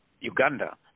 Uganda